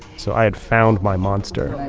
so i had found my monster.